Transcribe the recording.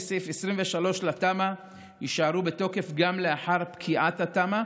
סעיף 23 לתמ"א יישארו בתוקף גם לאחר פקיעת התמ"א,